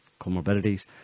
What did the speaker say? comorbidities